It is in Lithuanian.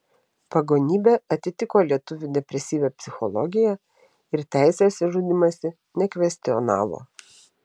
pagonybė atitiko lietuvių depresyvią psichologiją ir teisės į žudymąsi nekvestionavo